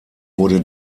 wurde